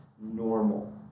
normal